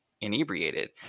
inebriated